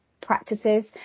practices